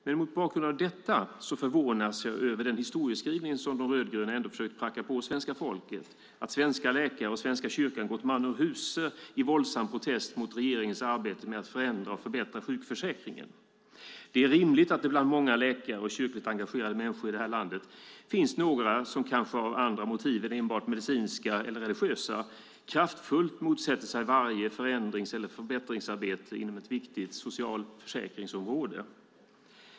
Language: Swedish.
Men mot bakgrund av detta förvånas jag över den historieskrivning som de rödgröna ändå försöker pracka på svenska folket, att svenska läkare och Svenska kyrkan gått man ur huse i våldsam protest mot regeringens arbete med att förändra och förbättra sjukförsäkringen. Det är rimligt att det bland många läkare och kyrkligt engagerade människor i landet finns några som kanske har andra motiv än enbart medicinska eller religiösa för att kraftfullt motsätta sig varje förändrings eller förbättringsarbete inom ett viktigt socialförsäkringsområde.